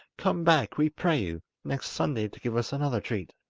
come back, we pray you, next sunday to give us another treat